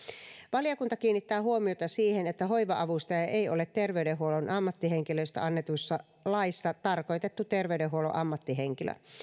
valiokunta kiinnittää huomiota siihen että hoiva avustaja ei ole terveydenhuollon ammattihenkilöistä annetussa laissa tarkoitettu terveydenhuollon ammattihenkilö